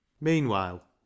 Meanwhile